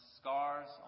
scars